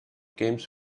games